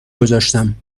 گذاشتم